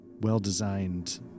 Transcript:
well-designed